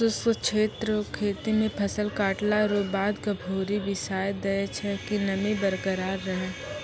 शुष्क क्षेत्र रो खेती मे फसल काटला रो बाद गभोरी बिसाय दैय छै कि नमी बरकरार रहै